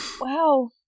Wow